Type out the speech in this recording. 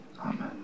Amen